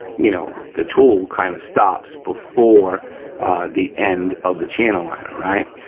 you know, the tool kind of stops before the end of the channel liner, right?